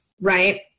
right